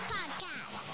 Podcast